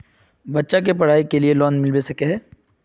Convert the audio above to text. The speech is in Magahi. बच्चा के पढाई के लिए लोन मिलबे सके है?